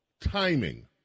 Timing